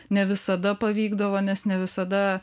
ne visada pavykdavo nes ne visada